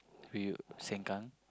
we Sengkang